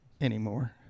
anymore